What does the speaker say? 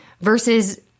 versus